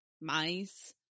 mice